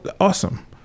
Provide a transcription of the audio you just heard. awesome